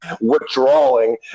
withdrawing